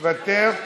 מוותר,